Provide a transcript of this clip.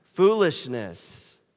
foolishness